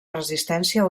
resistència